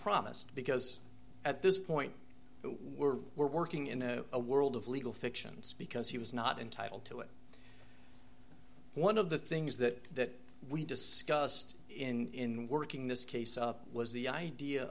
promised because at this point we're we're working in a world of legal fictions because he was not entitled to it one of the things that we discussed in working this case was the idea